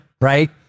right